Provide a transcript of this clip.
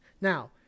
Now